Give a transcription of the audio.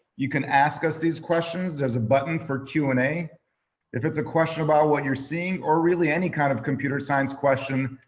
you can ask us these questions. there's a button for q and a if it's a question about what you're seeing, or really any kind of computer science question,